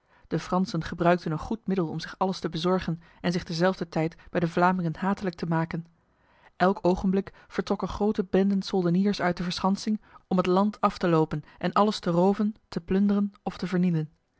de fransen gebruikten een goed middel om zich alles te bezorgen en zich terzelfder tijd bij de vlamingen hatelijk te maken elk ogenblik vertrokken grote benden soldeniers uit de verschansing om het land af te lopen en alles te roven te plunderen of te vernielen